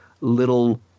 little